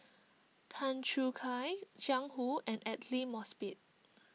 Tan Choo Kai Jiang Hu and Aidli Mosbit